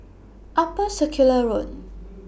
Upper Circular Road